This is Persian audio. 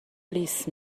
لیس